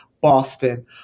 Boston